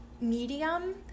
medium